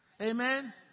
Amen